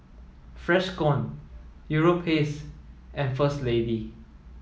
Freshkon Europace and First Lady